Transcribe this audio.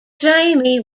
jamie